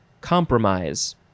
compromise